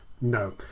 No